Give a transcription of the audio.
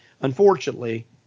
unfortunately